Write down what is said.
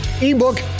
ebook